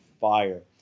fire